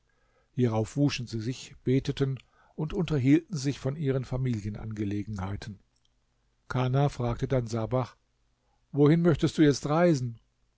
hierauf wuschen sie sich beteten und unterhielten sich von ihren familien angelegenheiten kana fragte dann sabach wohin möchtest du jetzt reisen